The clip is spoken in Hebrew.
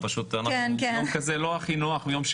פשוט יום שני הוא לא הכי נוח.